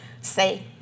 Say